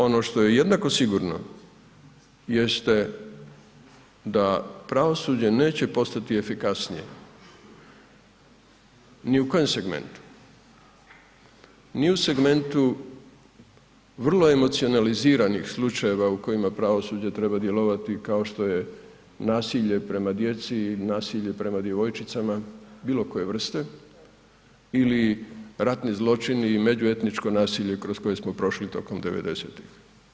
Ono što je jednako sigurno jeste da pravosuđe neće postati efikasnije ni u kojem segmentu, ni u segmentu vrlo emocionaliziranih slučajeva u kojima pravosuđe treba djelovati kao što je nasilje prema djeci i nasilje prema djevojčicama bilo koje vrste ili ratni zločini i međuetničko nasilje kroz koje smo prošli tokom '90.-tih.